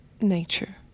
nature